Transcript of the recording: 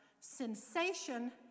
sensation